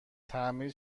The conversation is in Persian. تعمیر